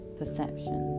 perception